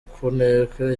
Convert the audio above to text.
kuneka